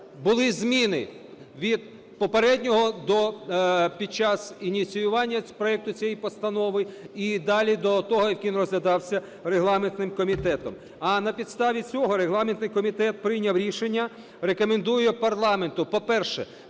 були зміни від попереднього до… під час ініціювання проекту цієї постанови, і далі до того, як він розглядався регламентним комітетом. А на підставі цього регламентний комітет прийняв рішення, рекомендує парламенту: по-перше,